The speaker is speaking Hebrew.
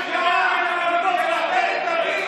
רבותיי,